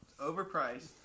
overpriced